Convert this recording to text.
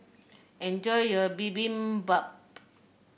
enjoy your Bibimbap